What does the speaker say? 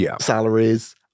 salaries